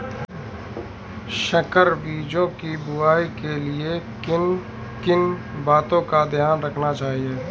संकर बीजों की बुआई के लिए किन किन बातों का ध्यान रखना चाहिए?